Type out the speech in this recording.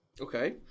Okay